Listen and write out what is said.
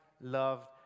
loved